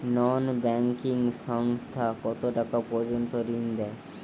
নন banking সংস্থা কতটাকা পর্যন্ত ঋণ দেয়?